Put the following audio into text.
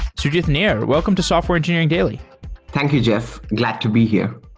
sujith nair, welcome to software engineering daily thank you, jeff. glad to be here.